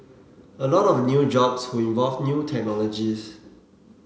a lot of new jobs would involve new technologies